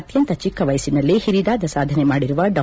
ಅತ್ಯಂತ ಚಿಕ್ಕ ವಯಸ್ಲಿನಲ್ಲೇ ಹಿರಿದಾದ ಸಾಧನೆ ಮಾಡಿರುವ ಡಾ